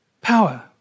Power